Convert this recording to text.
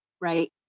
right